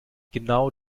genau